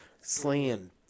Slaying